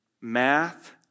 math